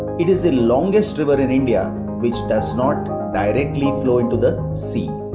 it is the longest river in india which does not directly flow into the sea.